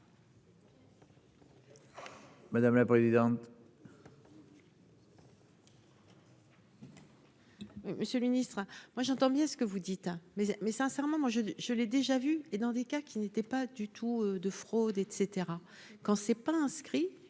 Madame la présidente.